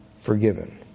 forgiven